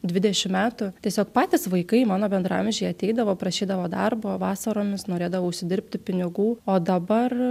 dvidešim metų tiesiog patys vaikai mano bendraamžiai ateidavo prašydavo darbo vasaromis norėdavo užsidirbti pinigų o dabar